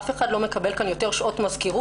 אף אחד לא מקבל כאן יותר שעות מזכירות,